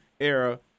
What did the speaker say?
era